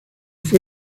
fue